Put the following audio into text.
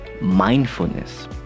mindfulness